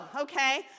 okay